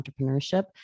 entrepreneurship